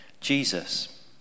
Jesus